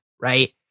right